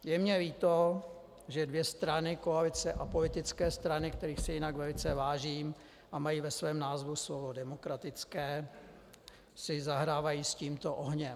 Je mně líto, že dvě strany koalice a politické strany, kterých si jinak velice vážím a mají ve svém názvu slovo demokratické, si zahrávají s tímto ohněm.